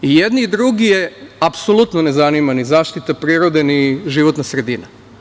I jedne i druge apsolutno ne zanima zaštita prirode, ni životna sredina.